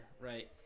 right